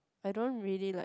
I don't really like